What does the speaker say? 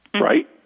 right